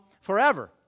Forever